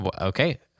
Okay